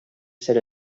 ser